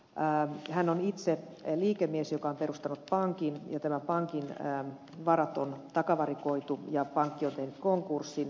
hän on itse liikemies joka on perustanut pankin ja tämän pankin varat on takavarikoitu ja pankki on tehnyt konkurssin